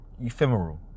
ephemeral